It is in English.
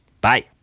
Bye